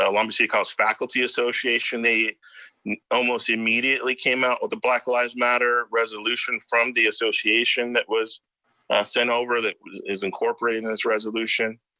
ah long beach city college faculty association, they almost immediately came out with a black lives matter resolution from the association that was sent over, that is incorporating this resolution.